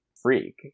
freak